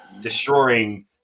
destroying